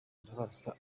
ndabarasa